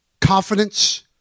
confidence